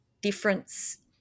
difference